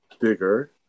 bigger